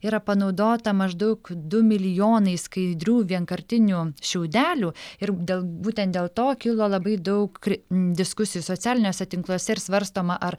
yra panaudota maždaug du milijonai skaidrių vienkartinių šiaudelių ir dėl būtent dėl to kilo labai daug diskusijų socialiniuose tinkluose ir svarstoma ar